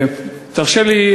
תרשה לי,